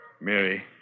Mary